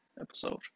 episode